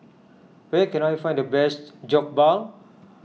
where can I find the best Jokbal